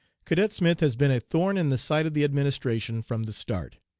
cadet smith has been a thorn in the side of the administration from the start.